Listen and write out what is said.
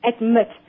admit